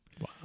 Wow